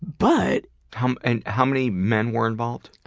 but how um and how many men were involved?